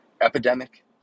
Epidemic